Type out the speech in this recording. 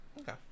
Okay